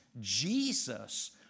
Jesus